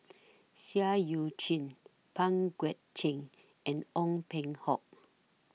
Seah EU Chin Pang Guek Cheng and Ong Peng Hock